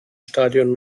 stadion